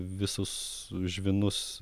visus žvynus